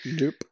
Nope